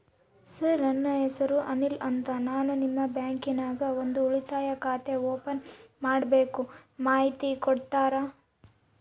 Sir ನನ್ನ ಹೆಸರು ಅನಿಲ್ ಅಂತ ನಾನು ನಿಮ್ಮ ಬ್ಯಾಂಕಿನ್ಯಾಗ ಒಂದು ಉಳಿತಾಯ ಖಾತೆ ಓಪನ್ ಮಾಡಬೇಕು ಮಾಹಿತಿ ಕೊಡ್ತೇರಾ?